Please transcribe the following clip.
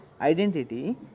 identity